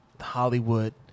Hollywood